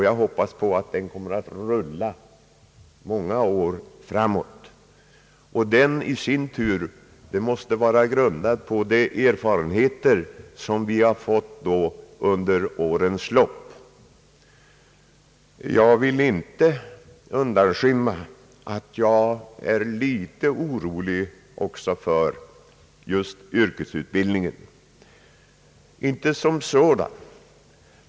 Jag hoppas att den kommer att rulla många år framöver. Den i sin tur måste vara grundad på de erfarenheter som vi har fått under årens lopp. Jag vill inte undanskymma att jag är litet orolig för yrkesutbildningen, dock inte som sådan.